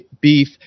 beef